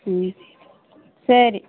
ம் சரி